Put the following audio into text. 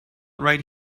right